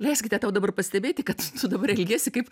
leiskite tau dabar pastebėti kad tu dabar elgiesi kaip